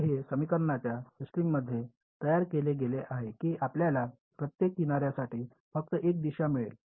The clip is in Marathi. तर हे समीकरणांच्या सिस्टममध्ये तयार केले गेले आहे की आपल्याला प्रत्येक किनार्यासाठी फक्त एक दिशा मिळेल